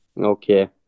Okay